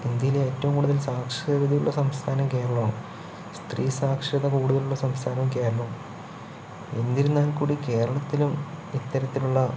ഇന്ത്യയിൽ ഏറ്റവും കൂടുതൽ സാക്ഷരതയുള്ള സംസ്ഥാനം കേരളമാണ് സ്ത്രീ സാക്ഷരത കൂടുതലുള്ള സംസ്ഥാനവും കേരളമാണ് എന്നിരുന്നാൽക്കൂടി കേരളത്തിലും ഇത്തരത്തിലുള്ള